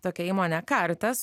tokia įmonė karitas